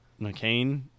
McCain